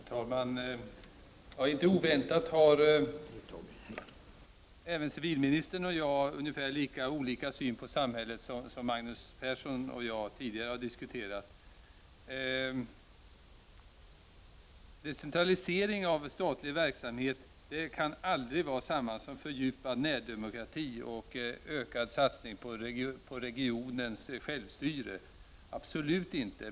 Herr talman! Inte oväntat har civilministern och jag ungefär lika olika syn på samhället som Magnus Persson och jag hade i den tidigare diskussionen. En decentralisering av statlig verksamhet kan aldrig vara detsamma som fördjupad närdemokrati och ökad satsning på regionens självstyre. Absolut inte.